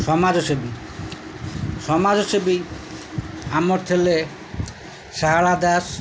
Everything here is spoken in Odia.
ସମାଜସେବୀ ସମାଜସେବୀ ଆମର ଥିଲେ ଶାରଳା ଦାସ